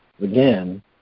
again